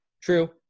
True